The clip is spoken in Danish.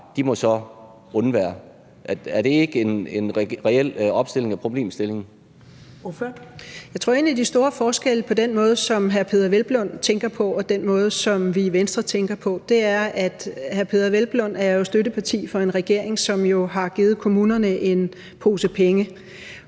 Ellemann): Ordføreren. Kl. 10:54 Jane Heitmann (V): Jeg tror, en af de store forskelle på den måde, som hr. Peder Hvelplund tænker på, og den måde, som vi i Venstre tænker på, ligger i, at hr. Peder Hvelplunds parti er støtteparti for en regering, som jo har givet kommunerne en pose penge,